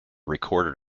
recorded